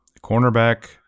Cornerback